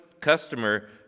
customer